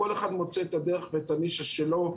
כל אחד מוצא את הדרך ואת הנישה שלו.